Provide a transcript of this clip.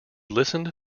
listened